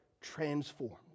transformed